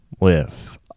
live